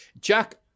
Jack